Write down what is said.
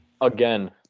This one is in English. again